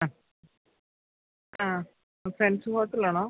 ആ ആ ഫ്രണ്ട്സ് ഹോട്ടലാണോ